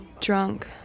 drunk